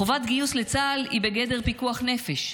חובת גיוס לצה"ל היא בגדר פיקוח נפש.